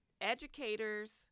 educators